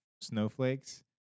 snowflakes